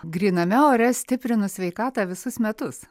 gryname ore stiprinu sveikatą visus metus